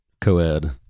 co-ed